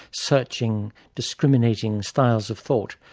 searching, discriminating styles of thought,